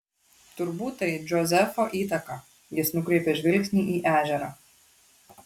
turbūt tai džozefo įtaka jis nukreipė žvilgsnį į ežerą